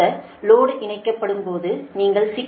நீங்கள் ஷன்ட் மின்தேக்கியை இணைக்கும்போது மின்னோட்டம் 477